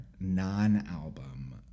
Non-album